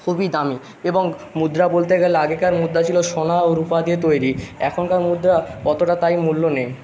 খুবই দামি এবং মুদ্রা বলতে গেলে আগেকার মুদ্রা ছিলো সোনা ও রুপা দিয়ে তৈরি এখনকার মুদ্রা অতোটা তাই মূল্য নেই